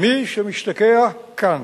מי שמשתקע כאן,